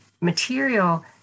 material